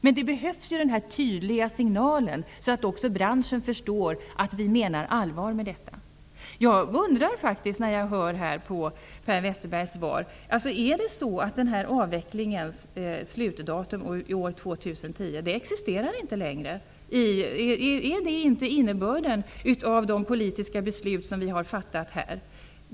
Men det behövs en tydlig signal så att också branschen förstår att vi menar allvar. När jag lyssnade till Per Westerbergs svar undrade jag om avvecklingens slutår 2010 fortfarande existerar. Är det inte innebörden av de politiska beslut som har fattats här?